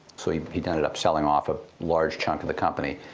so he he ended up selling off a large chunk of the company.